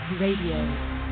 Radio